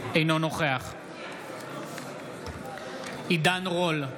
אינו נוכח עידן רול,